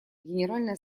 генеральная